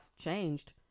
changed